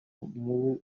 umubu